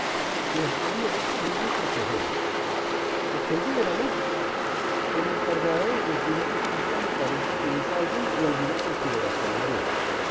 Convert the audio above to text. y hacían de él su amigo y consejero aquello era lógico el encargado de cumplir la justicia me parece que es alguien y alguna consideración merece